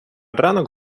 ранок